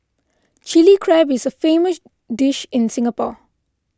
Chilli Crab is a famous dish in Singapore